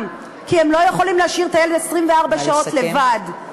כי הם לא יכולים להשאיר את הילד 24 שעות לבד.